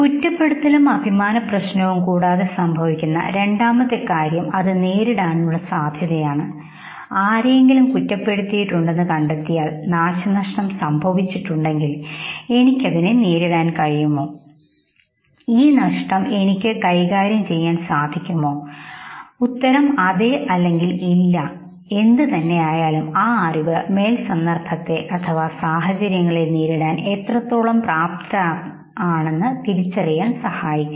കുറ്റപ്പെടുത്തലും അഭിമാനപ്രശ്നവും കൂടാതെ സംഭവിക്കുന്ന രണ്ടാമത്തെ കാര്യം നേരിടാനുള്ള സാധ്യതയാണ് ആരെയെങ്കിലും കുറ്റപ്പെടുത്തിയിട്ടുണ്ടെന്ന് കണ്ടെത്തിയാൽ നാശനഷ്ടം സംഭവിച്ചിട്ടുണ്ടെങ്കിൽഎനിക്ക് അതിനെ നേരിടാൻ കഴിയുമോ ഈ നഷ്ടം എനിക്ക് കൈകാര്യം ചെയ്യാൻ സാധിക്കുമോ ഉത്തരം അതെ അല്ലെങ്കിൽ ഇല്ല എന്ത് തന്നെ ആയാലും ആ അറിവ് മേൽ സന്ദർഭത്തെ സാഹചര്യങ്ങളെ നേരിടാൻ എത്രത്തോളം പ്രാപ്തരാണെന്ന് തിരിച്ചറിയുന്നു